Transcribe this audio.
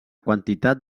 quantitat